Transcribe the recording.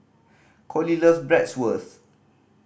Coley loves Bratwurst